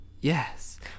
Yes